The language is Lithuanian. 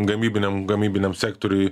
gamybiniam gamybiniam sektoriuj